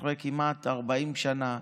אחרי כמעט 40 שנה,